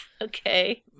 Okay